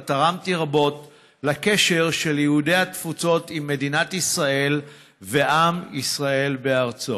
ובה תרמתי רבות לקשר של יהודי התפוצות עם מדינת ישראל ועם ישראל בארצו.